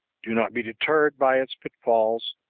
do not be deterred by its pitfalls,